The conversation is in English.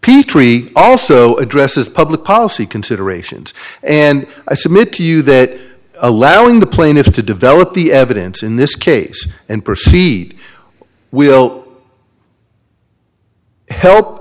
petri also addresses public policy considerations and i submit to you that allowing the plaintiffs to develop the evidence in this case and proceed will help